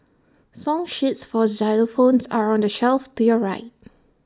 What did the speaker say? song sheets for xylophones are on the shelf to your right